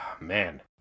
Man